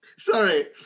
Sorry